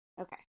Okay